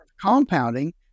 compounding